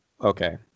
okay